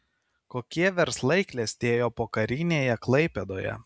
kokie verslai klestėjo pokarinėje klaipėdoje